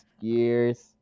years